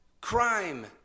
crime